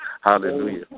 Hallelujah